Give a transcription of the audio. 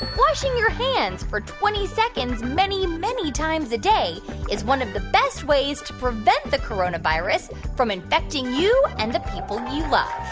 washing your hands for twenty seconds many, many times a day is one of the best ways to prevent the coronavirus from infecting you and the people you love?